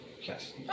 Yes